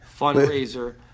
fundraiser